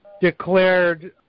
declared